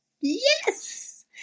Yes